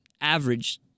average